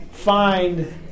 find